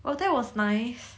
well that was nice